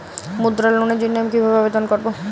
মুদ্রা লোনের জন্য আমি কিভাবে আবেদন করবো?